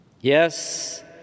Yes